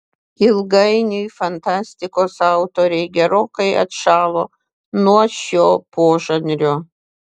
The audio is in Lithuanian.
ilgainiui fantastikos autoriai gerokai atšalo nuo šio požanrio